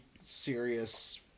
serious